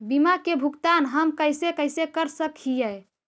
बीमा के भुगतान हम कैसे कैसे कर सक हिय?